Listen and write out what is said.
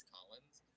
Collins